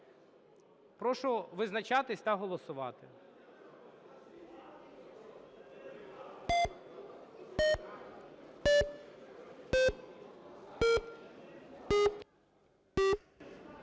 Прошу визначатись та голосувати.